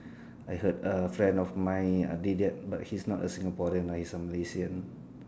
I heard a friend of mine did that but he's not Singaporean lah he's Malaysian